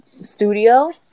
studio